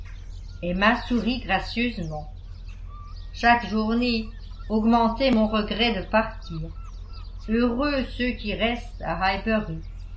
emma sourit gracieusement chaque journée augmentait mon regret de partir heureux ceux qui restent à